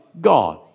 God